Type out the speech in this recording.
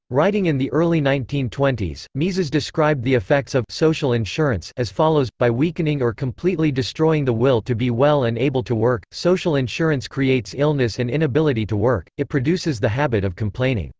writing in the early nineteen twenty s, mises described the effects of social insurance as follows by weakening or completely destroying the will to be well and able to work, social insurance creates illness and inability to work it produces the habit of complaining.